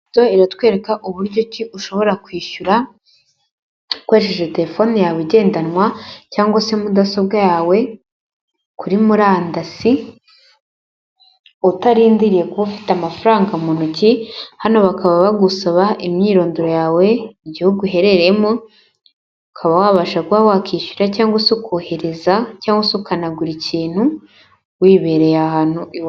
Iratwereka uburyo ushobora kwishyura ukoresheje telefone yawe igendanwa cyangwa se mudasobwa yawe kuri murandasi utarindiriye kuba ufite amafaranga mu ntoki hano bakaba bagusaba imyirondoro yawe mu gihugu uherereyemo ukaba wabasha kuba wakishyura cyangwa se ukohereza cyangwa se ukanagura ikintu wibereye ahantu.